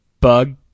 bug